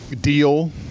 deal